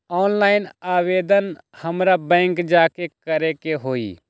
Online आवेदन हमरा bank जाके करे के होई?